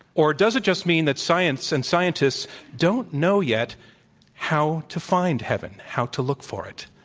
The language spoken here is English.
or does it just mean that science and scientists don't know yet how to find heaven, how to look for it?